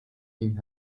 king